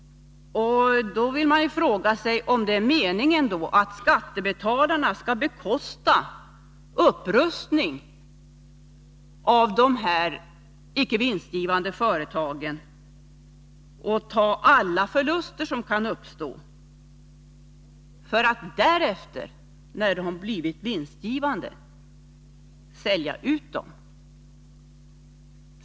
Då måste jag ställa frågan: Är det meningen att skattebetalarna skall bekosta upprustning av de icke vinstgivande företagen och ta alla förluster som kan uppstå, för att staten därefter, när de blivit vinstgivande, skall sälja ut dem?